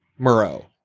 Murrow